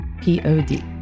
P-O-D